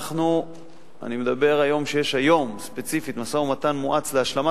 אני אומר שיש היום ספציפית משא-ומתן מואץ להשלמת